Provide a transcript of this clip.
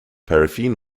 paraffin